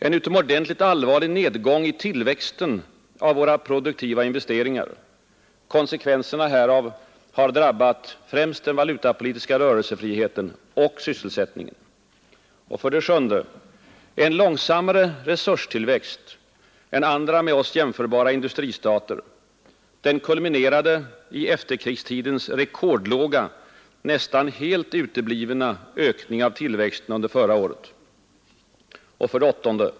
En utomordentligt allvarlig nedgång i tillväxten av våra produktiva investeringar; konsekvenserna härav har drabbat främst den valutapolitiska rörelsefriheten och sysselsättningen. 7. En långsammare resurstillväxt än i andra med oss jämförbara industristater; den kulminerade i efterkrigstidens rekordlåga, nästan helt uteblivna ökning av tillväxten under förra året. 8.